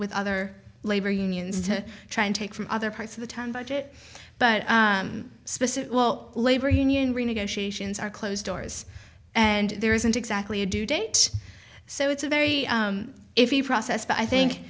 with other labor unions to try and take from other parts of the time budget but specific well labor union renegotiations are closed doors and there isn't exactly a due date so it's a very if you process but i